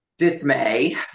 Dismay